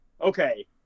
okay